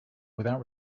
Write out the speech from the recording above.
without